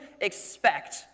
expect